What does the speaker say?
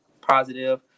positive